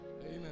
Amen